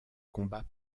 combat